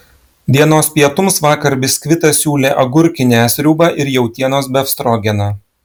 dienos pietums vakar biskvitas siūlė agurkinę sriubą ir jautienos befstrogeną